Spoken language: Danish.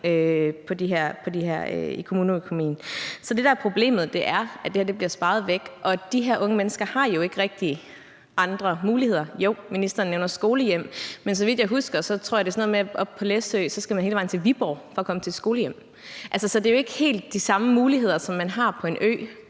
i kommuneøkonomien. Så det, der er problemet, er, at det her bliver sparet væk, og de her unge mennesker har jo ikke rigtig andre muligheder – jo, ministeren nævner skolehjem, men så vidt jeg husker, er det noget med, at man f.eks. på Læsø skal hele vejen til Viborg for at komme til et skolehjem. Så det er jo ikke helt de samme muligheder, som man har på en ø,